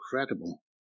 incredible